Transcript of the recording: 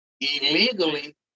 illegally